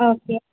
okay